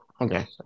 okay